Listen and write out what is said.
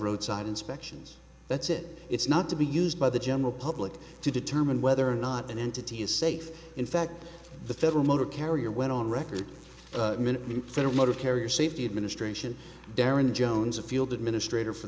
roadside inspections that's it it's not to be used by the general public to determine whether or not an entity is safe in fact the federal motor carrier went on record minute new federal motor carrier safety administration derren jones a field administrator for